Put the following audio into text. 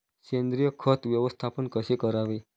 सेंद्रिय खत व्यवस्थापन कसे करावे?